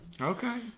Okay